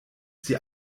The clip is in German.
sie